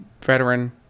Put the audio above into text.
Veteran